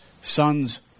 son's